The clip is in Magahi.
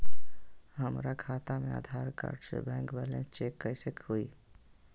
हमरा खाता में आधार कार्ड से बैंक बैलेंस चेक कैसे हुई?